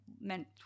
meant